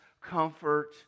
comfort